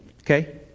okay